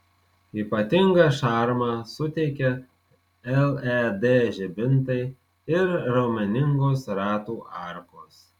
ypatingą šarmą suteikia led žibintai ir raumeningos ratų arkos